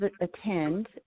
attend